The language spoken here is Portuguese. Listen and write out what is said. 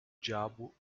diabo